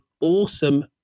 Awesome